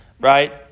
right